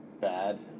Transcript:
bad